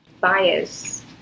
bias